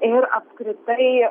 ir apskritai